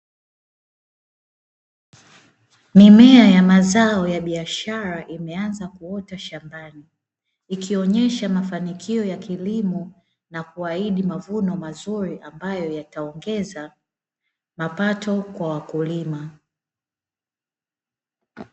Mimea ya mazao ya biashara imeanza kuota shambani, ikionyesha mafanikio ya kilimo na kuahidi mavuno mazuri ambayo yataongeza mapato kwa wakulima.